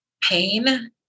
pain